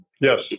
yes